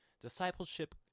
Discipleship